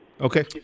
Okay